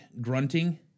grunting